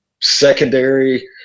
secondary –